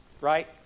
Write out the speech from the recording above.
right